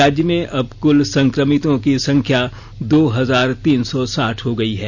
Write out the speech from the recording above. राज्य में अब क्ल संक्रमितों की संख्या दो हजार तीन सौ साठ हो गयी है